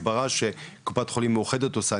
הסברה שקופת חולים מאוחדת עושה,